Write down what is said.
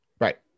Right